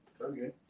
Okay